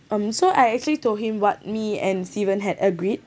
um so I actually told him what me and steven had agreed